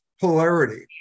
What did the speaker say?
polarity